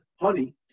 honey